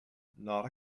not